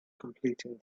completing